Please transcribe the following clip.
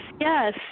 yes